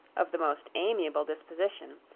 of the most amiable disposition,